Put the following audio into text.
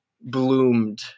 bloomed